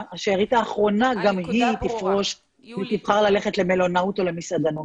השארית האחרונה גם היא תפרוש ותבחר ללכת למלונאות או למסעדנות.